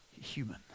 human